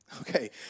Okay